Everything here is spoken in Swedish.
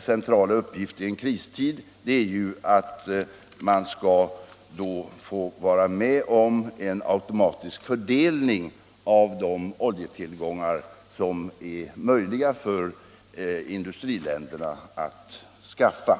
centrala uppgift i en kristid är ju att ordna en automatisk fördelning — som vi då får vara med om - av den olja som det är möjligt för industriländerna att skaffa.